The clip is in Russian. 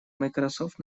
microsoft